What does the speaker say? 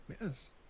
Yes